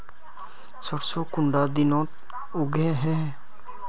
सरसों कुंडा दिनोत उगैहे?